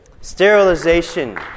sterilization